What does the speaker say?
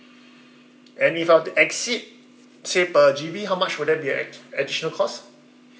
and if I were to exceed say per G_B be how much would that be a add~ additional cost